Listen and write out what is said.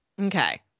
Okay